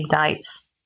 dates